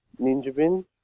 ninjabin